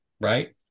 right